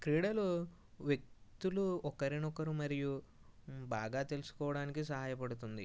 క్రీడలు వ్యక్తులు ఒకరినొకరు మరియు బాగా తెలుసుకోడానికి సహాయపడుతుంది